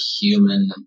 human